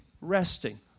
resting